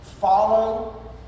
follow